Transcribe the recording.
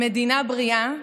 במדינה בריאה,